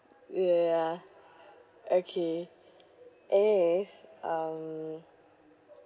ya okay is um